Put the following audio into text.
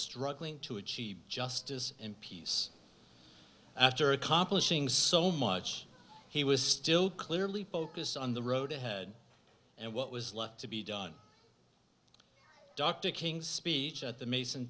struggling to achieve justice in peace after accomplishing so much he was still clearly focused on the road ahead and what was left to be done dr king's speech at the mason